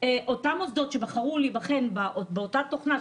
אותם מוסדות שבחרו לבחון באותה תוכנה,